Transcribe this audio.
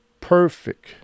perfect